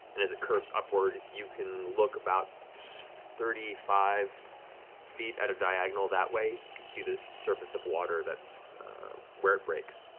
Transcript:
and as it curves upward, you can look about thirty five feet at a diagonal that way, you can see the surface of water that's where it breaks.